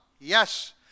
Yes